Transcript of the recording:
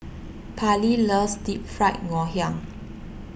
Parley loves Deep Fried Ngoh Hiang